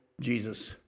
Jesus